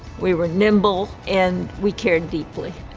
we were nimble and we cared deeply.